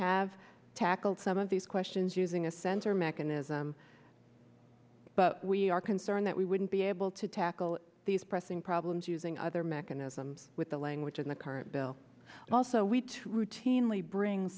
have tackled some of these questions using a sensor mechanism but we are concerned that we wouldn't be able to tackle these pressing problems using other mechanisms with the language in the current bill also we to routinely bring